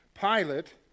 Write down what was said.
Pilate